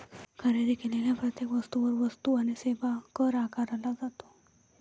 खरेदी केलेल्या प्रत्येक वस्तूवर वस्तू आणि सेवा कर आकारला जातो